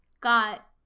got